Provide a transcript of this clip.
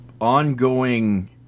ongoing